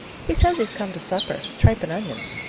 he says he's come to supper tripe and onions,